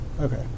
Okay